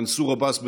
מנסור עבאס,